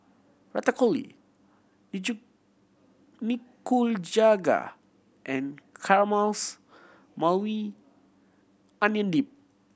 Ratatouille Nikujaga and Caramelized Maui Onion Dip